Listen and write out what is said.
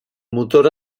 motor